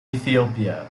ethiopia